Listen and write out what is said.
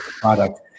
product